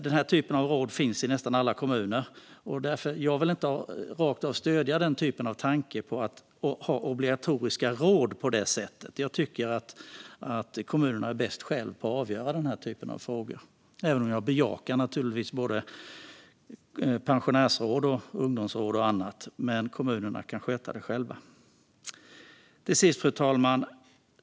Den här typen av råd finns i nästan alla kommuner, och jag vill därför inte rakt av stödja tanken på att ha obligatoriska råd på det sättet. Jag tycker att kommunerna själva bäst kan avgöra den här typen av frågor, även om jag naturligtvis bejakar både pensionärsråd, ungdomsråd och annat. Kommunerna kan dock sköta det själva. Fru talman!